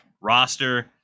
roster